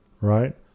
right